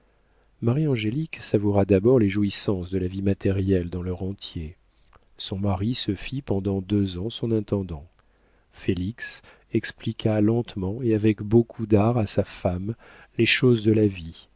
jeunes marie angélique savoura d'abord les jouissances de la vie matérielle dans leur entier son mari se fit pendant deux ans son intendant félix expliqua lentement et avec beaucoup d'art à sa femme les choses de la vie